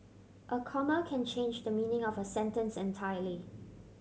a comma can change the meaning of a sentence entirely